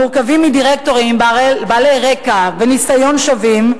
המורכבים מדירקטורים בעלי רקע וניסיון שווים,